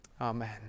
Amen